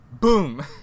Boom